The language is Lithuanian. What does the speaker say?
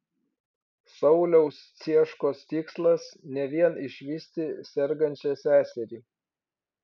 sauliaus cieškos tikslas ne vien išvysti sergančią seserį